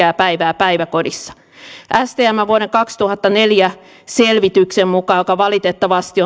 tekee pitkää päivää päiväkodissa stmn vuoden kaksituhattaneljä selvityksen mukaan joka valitettavasti